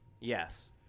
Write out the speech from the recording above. Yes